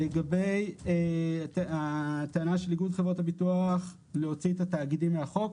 לגבי הטענה של איגוד חברות הביטוח להוציא את התאגידים מהחוק.